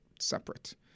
separate